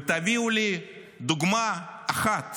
ותביאו לי דוגמה אחת